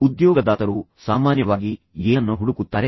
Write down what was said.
ಉದ್ಯೋಗದಾತರು ಸಾಮಾನ್ಯವಾಗಿ ಏನನ್ನು ಹುಡುಕುತ್ತಾರೆ